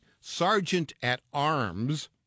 sergeant-at-arms